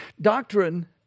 doctrine